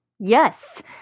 Yes